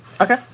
Okay